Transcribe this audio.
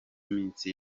minsi